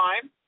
time